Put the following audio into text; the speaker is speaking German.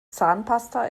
zahnpasta